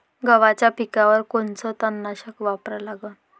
गव्हाच्या पिकावर कोनचं तननाशक वापरा लागन?